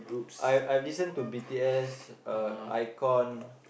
I I've listen to B_T_S uh iKON